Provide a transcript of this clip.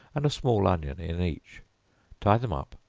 and a small onion in each tie them up,